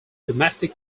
domestic